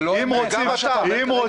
אם רוצים --- ניצב ידיד,